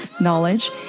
knowledge